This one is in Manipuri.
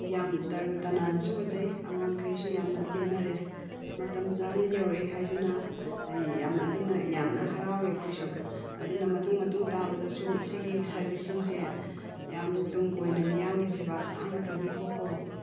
ꯌꯥꯝ ꯇꯔꯨ ꯇꯅꯥꯟꯅꯁꯨ ꯎꯖꯩ ꯑꯉꯥꯡꯈꯩꯁꯨ ꯌꯥꯝꯅ ꯄꯦꯟꯅꯔꯦ ꯃꯇꯝ ꯆꯥꯅ ꯌꯧꯔꯛꯑꯦ ꯍꯥꯏꯗꯨꯅ ꯑꯩ ꯌꯥꯝ ꯑꯗꯨꯅ ꯌꯥꯝꯅ ꯍꯔꯥꯎꯑꯦ ꯑꯩꯈꯣꯏꯁꯨ ꯑꯗꯨꯅ ꯃꯇꯨꯡ ꯃꯇꯨꯡ ꯇꯥꯕꯗꯁꯨ ꯁꯤꯒꯤ ꯁꯔꯕꯤꯁꯤꯡꯁꯦ ꯌꯥꯝ ꯇꯨꯡ ꯀꯣꯏꯅ ꯃꯤꯌꯥꯝꯒꯤ ꯁꯦꯕꯥ ꯁꯥꯡꯅ ꯇꯧꯕꯤꯈꯣꯀꯣ